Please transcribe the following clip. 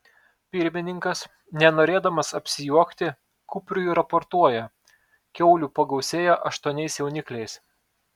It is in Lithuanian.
pirmininkas nenorėdamas apsijuokti kupriui raportuoja kiaulių pagausėjo aštuoniais jaunikliais